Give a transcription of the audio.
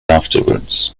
afterwards